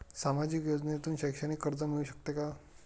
सामाजिक योजनेतून शैक्षणिक कर्ज मिळू शकते का?